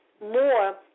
more